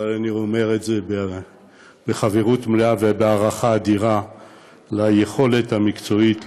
אבל אני אומר את זה בחברות מלאה ובהערכה אדירה על היכולת המקצועית,